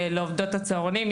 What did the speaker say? לעבודת הצהרונים,